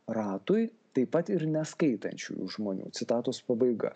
ratui taip pat ir neskaitančiųjų žmonių citatos pabaiga